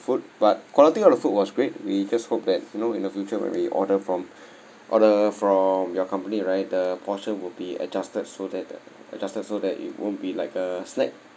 food but quality of the food was great we just hope that you know in the future when we order from order from your company right the portion will be adjusted so that the adjusted so that it won't be like a snack